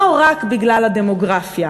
לא רק בגלל הדמוגרפיה.